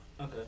Okay